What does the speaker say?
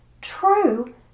true